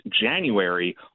January